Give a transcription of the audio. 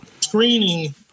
screening